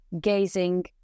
gazing